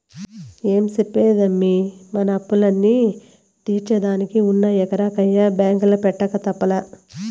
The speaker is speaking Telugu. ఏం చెప్పేదమ్మీ, మన అప్పుల్ని తీర్సేదానికి ఉన్న ఎకరా కయ్య బాంకీల పెట్టక తప్పలా